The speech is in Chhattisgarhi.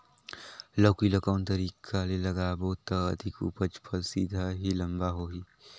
लौकी ल कौन तरीका ले लगाबो त अधिक उपज फल सीधा की लम्बा होही?